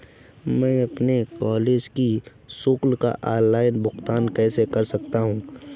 मैं अपने कॉलेज की शुल्क का ऑनलाइन भुगतान कैसे कर सकता हूँ?